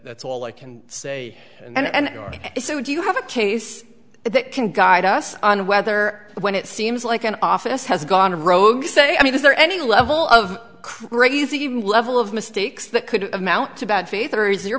all i can say and so do you have a case that can guide us on whether when it seems like an office has gone rogue say i mean is there any level of crazy even level of mistakes that could amount to bad faith or is your